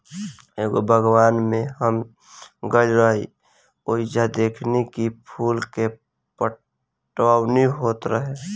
एगो बागवान में हम गइल रही ओइजा देखनी की फूल के पटवनी होत रहे